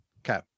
Okay